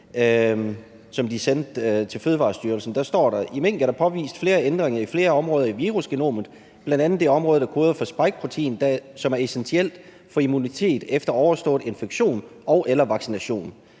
som de sendte til Fødevarestyrelsen. Der står: »I mink er der påvist ændringer i flere områder af virusgenomet, blandt andet det område, der koder for spike-proteinet, som er essentielt for immunitet efter overstået infektion og/eller vaccination.